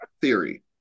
theory